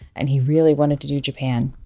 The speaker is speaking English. and he really wanted to do japan,